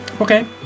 Okay